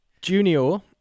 Junior